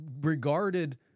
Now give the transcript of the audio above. regarded